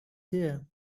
there